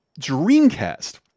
Dreamcast